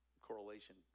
correlation